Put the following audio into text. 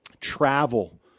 Travel